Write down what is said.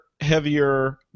heavier